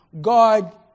God